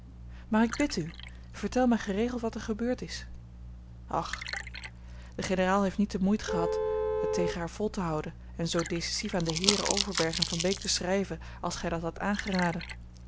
maar ik bid u vertel mij geregeld wat er gebeurd is och de generaal heeft niet den moed gehad het tegen haar vol te houden en zoo decisief aan de heeren overberg en van beek te schrijven als gij dat hadt aangeraden